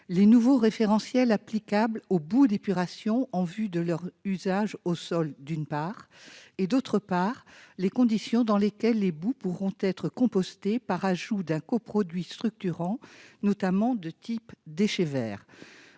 les nouveaux référentiels applicables aux boues d'épuration en vue de leur usage au sol, d'une part, et, d'autre part, les conditions dans lesquelles les boues pourront être compostées par ajout d'un coproduit structurant, notamment de type « déchets verts